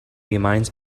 reminds